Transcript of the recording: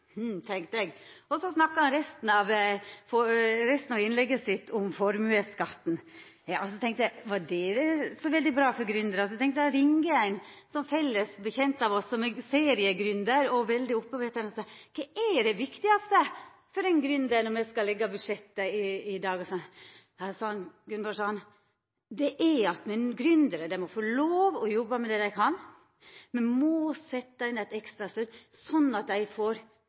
resten av innlegget sitt om formuesskatten. Så tenkte eg: Var det så veldig bra for gründerar? Eg ringer ein felles kjenning av oss, som er seriegründer og veldig oppteken av dette. Kva er det viktigaste for ein gründer når me skal leggja budsjettet i dag? Han sa: Det er at gründerar må lov til å jobba med det dei kan. Me må setja inn ei ekstra påskunding sånn at dei får